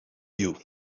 you